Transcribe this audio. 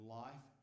life